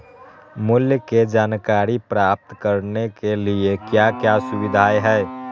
मूल्य के जानकारी प्राप्त करने के लिए क्या क्या सुविधाएं है?